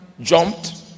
jumped